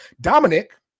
Dominic